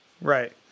Right